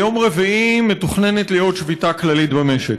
ביום רביעי מתוכננת להיות שביתה כללית במשק.